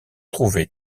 trouvé